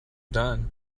done